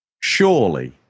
surely